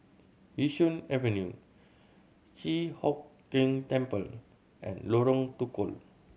Yishun Avenue Chi Hock Keng Temple and Lorong Tukol